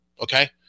Okay